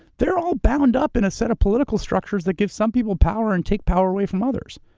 they're all bound up in a set of political structures that give some people power and take power away from others.